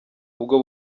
ubwo